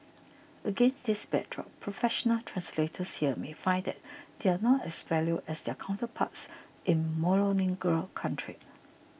against this backdrop professional translators here may find that they are not as valued as their counterparts in monolingual countries